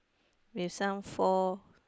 with some four